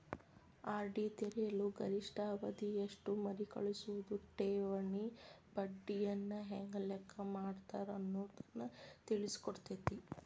RD ತೆರೆಯಲು ಗರಿಷ್ಠ ಅವಧಿ ಎಷ್ಟು ಮರುಕಳಿಸುವ ಠೇವಣಿ ಬಡ್ಡಿಯನ್ನ ಹೆಂಗ ಲೆಕ್ಕ ಹಾಕ್ತಾರ ಅನ್ನುದನ್ನ ತಿಳಿಸಿಕೊಡ್ತತಿ